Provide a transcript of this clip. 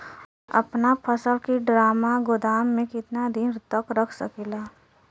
अपना फसल की ड्रामा गोदाम में कितना दिन तक रख सकीला?